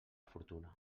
fortuna